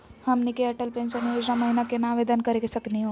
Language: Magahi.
हमनी के अटल पेंसन योजना महिना केना आवेदन करे सकनी हो?